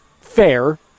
fair